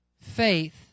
faith